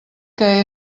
que